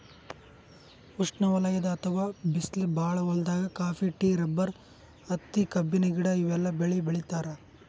ಉಷ್ಣವಲಯದ್ ಅಥವಾ ಬಿಸ್ಲ್ ಭಾಳ್ ಹೊಲ್ದಾಗ ಕಾಫಿ, ಟೀ, ರಬ್ಬರ್, ಹತ್ತಿ, ಕಬ್ಬಿನ ಗಿಡ ಇವೆಲ್ಲ ಬೆಳಿ ಬೆಳಿತಾರ್